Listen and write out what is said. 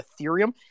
Ethereum